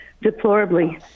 deplorably